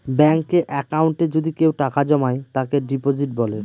ব্যাঙ্কে একাউন্টে যদি কেউ টাকা জমায় তাকে ডিপোজিট বলে